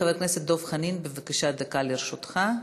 חבר הכנסת דב חנין, בבקשה, דקה לרשותך,